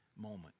moment